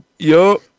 Yo